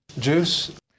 Juice